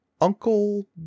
uncle